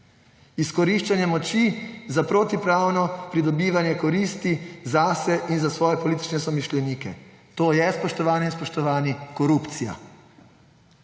Izkoriščanje moči za protipravno pridobivanje koristi za sebe in za svoje politične somišljenike. To je, spoštovani in spoštovane, korupcija.